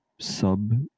sub